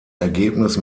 ergebnis